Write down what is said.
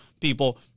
people